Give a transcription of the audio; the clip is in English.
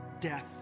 death